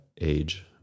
age